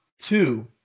two